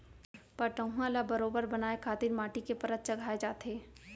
पटउहॉं ल बरोबर बनाए खातिर माटी के परत चघाए जाथे